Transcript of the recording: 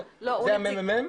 הוא הממ"מ?